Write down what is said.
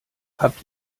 habt